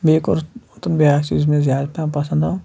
بیٚیہِ کوٚر تہٕ بیٛاکھ چیٖز یُس مےٚ زیادٕ پَہَم پَسنٛد آو